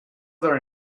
their